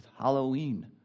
Halloween